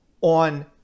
on